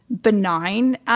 benign